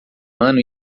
ano